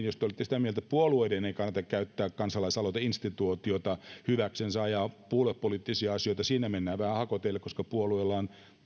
jos te olitte sitä mieltä että puolueiden ei kannata käyttää kansalaisaloiteinstituutiota hyväksensä ajaa puoluepoliittisia asioita siinä mennään vähän hakoteille koska puolueilla on